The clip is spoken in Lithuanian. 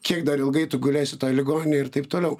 kiek dar ilgai tu gulėsi toj ligoninėj ir taip toliau